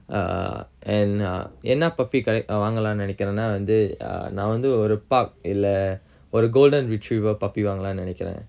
uh and uh என்ன:enna puppy ke~ வாங்கலான்னு நெனைக்குறனா வந்து நா வந்து ஒரு:vangalanu nenaikkurana vanthu na vanthu oru pup~ இல்ல ஒரு:illa oru golden retriever puppy வாங்கலானு நெனைக்குரன்:vangalanu nenaikkuran